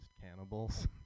cannibals